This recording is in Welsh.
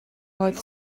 oedd